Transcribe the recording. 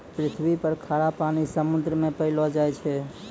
पृथ्वी पर खारा पानी समुन्द्र मे पैलो जाय छै